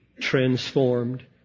transformed